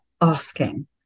asking